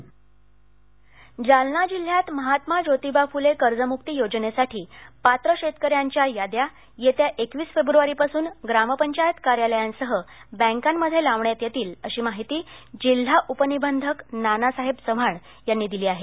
कर्जमक्ती जालना जालना जिल्ह्यात महात्मा ज्योतिबा फुले कर्जमुक्ती योजनेसाठी पात्र शेतकऱ्यांच्या याद्या येत्या एकवीस फेब्रवारीपासून ग्रामपंचायत कार्यालयांसह बँकांमध्ये लावण्यात येतील अशी माहिती जिल्हा उपनिबंधक नानासाहेब चव्हाण यांनी दिली आहे